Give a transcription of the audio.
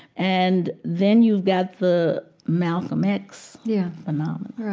and then you've got the malcolm x yeah phenomenon yeah. right